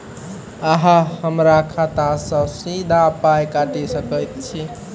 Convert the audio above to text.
अहॉ हमरा खाता सअ सीधा पाय काटि सकैत छी?